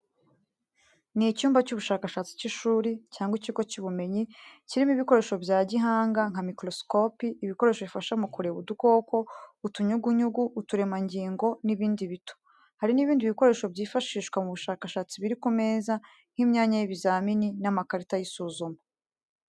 Ni icyumba cy'ubushakashatsi cy’ishuri cyangwa ikigo cy’ubumenyi. Kirimo ibikoresho bya gihanga nka mikorosikopi, ibikoresho bifasha mu kureba udukoko, utunyugunyugu, uturemangingo n’ibindi bito. Hari n’ibindi bikoresho byifashishwa mu bushakashatsi biri ku meza nk’imyanya y’ibizamini n’amakarita y’isuzuma.